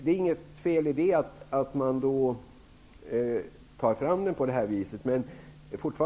Det är inget fel i att ta fram den på detta vis.